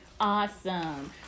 awesome